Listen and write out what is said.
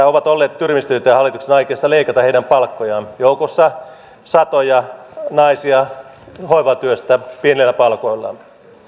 ovat olleet tyrmistyneitä hallituksen aikeista leikata heidän palkkojaan joukossa on satoja naisia hoivatyöstä pienillä palkoilla